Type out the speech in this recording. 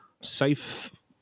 safe